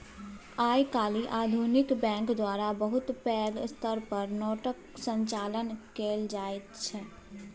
आइ काल्हि आधुनिक बैंक द्वारा बहुत पैघ स्तर पर नोटक संचालन कएल जाइत छै